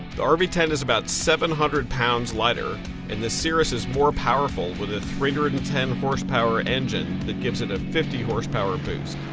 the rv ten is about seven hundred pounds lighter and the cirrus is more powerful with a three hundred and ten horsepower engine that gives it a fifty horsepower boost.